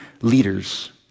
leaders